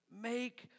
Make